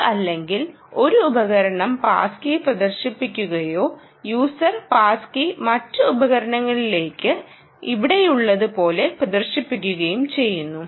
അത് അല്ലെങ്കിൽ ഒരു ഉപകരണം പാസ് കീ പ്രദർശിപ്പിക്കുകയോ യൂസർ പാസ് കീ മറ്റ് ഉപകരണങ്ങളിലേക്ക് ഇവിടെയുള്ളതുപോല പ്രവേശിക്കുകയും ചെയ്യുന്നു